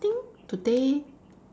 I think today